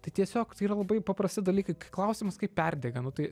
tai tiesiog tai yra labai paprasti dalykai kai klausimas kaip perdega nu tai